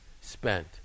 spent